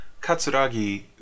Katsuragi